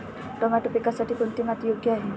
Tomato पिकासाठी कोणती माती योग्य आहे?